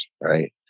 right